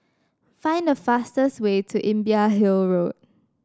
find the fastest way to Imbiah Hill Road